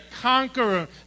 conqueror